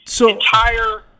entire